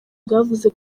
bwavuze